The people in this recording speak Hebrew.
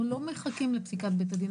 אנחנו לא מחכים לפסיקת בית הדין.